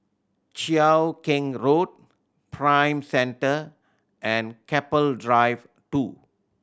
Cheow Keng Road Prime Centre and Keppel Drive Two